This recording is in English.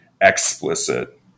explicit